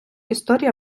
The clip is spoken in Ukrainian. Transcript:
історія